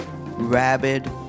rabid